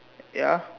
ya